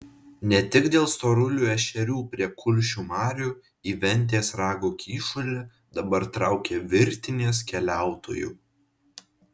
ne tik dėl storulių ešerių prie kuršių marių į ventės rago kyšulį dabar traukia virtinės keliautojų